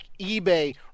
eBay